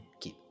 keep